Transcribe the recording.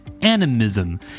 animism